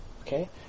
Okay